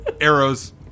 arrows